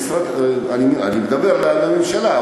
אני מדבר אל הממשלה.